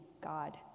God